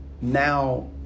Now